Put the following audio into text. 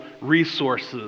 resources